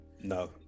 No